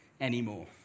anymore